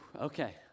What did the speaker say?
okay